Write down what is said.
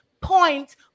point